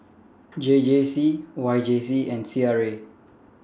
J J C Y J C and C R A